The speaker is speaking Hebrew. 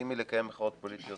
לגיטימי לקיים מחאות פוליטיות